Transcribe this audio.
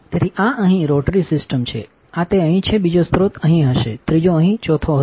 તેથી આ અહીં એક રોટરી સિસ્ટમ છે આ તે અહીં છે બીજો સ્ત્રોત અહીં હશે ત્રીજો અહીં ચોથો હશે